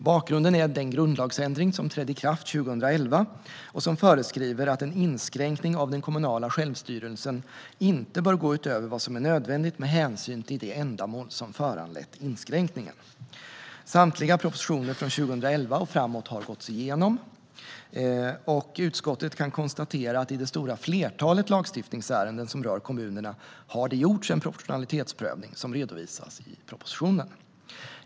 Bakgrunden är den grundlagsändring som trädde i kraft 2011 och som föreskriver att en inskränkning i den kommunala självstyrelsen inte bör gå utöver vad som är nödvändigt med hänsyn till de ändamål som föranlett inskränkningen. Samtliga propositioner från 2011 och framåt har gåtts igenom. Utskottet kan konstatera att i det stora flertalet lagstiftningsärenden som rör kommunerna har det gjorts en proportionalitetsprövning, som redovisas i propositionen.